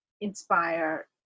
inspire